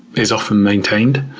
is often maintained.